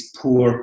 poor